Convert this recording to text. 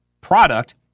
product